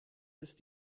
ist